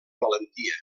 valentia